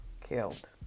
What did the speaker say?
killed